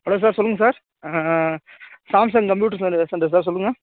hello sir சொல்லுங்கள் sir Samsung computer center center sir சொல்லுங்கள்